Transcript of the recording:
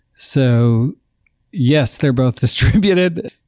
so yes, they're both distributed,